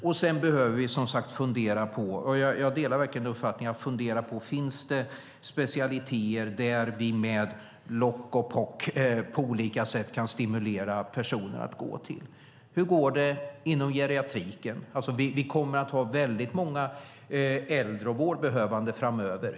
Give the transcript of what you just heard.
Jag delar verkligen uppfattningen att vi måste fundera på om det finns specialiteter där vi på olika sätt, med lock och pock, kan stimulera personer att gå till dessa. Hur går det inom geriatriken? Vi kommer att ha många äldre vårdbehövande framöver.